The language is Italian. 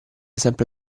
sempre